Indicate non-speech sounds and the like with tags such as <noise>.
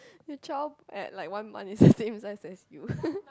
your child at like one month is like same size as you <laughs>